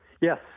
Yes